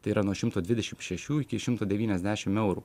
tai yra nuo šimto dvidešim šešių iki šimto dedvyniasdešim eurų